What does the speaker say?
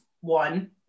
one